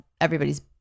everybody's